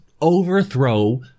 overthrow